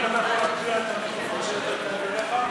אולי תקרב את המיקרופון אליך?